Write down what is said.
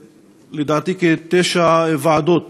לדעתי, כתשע ועדות